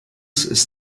ist